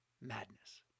Madness